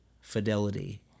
Fidelity